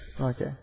Okay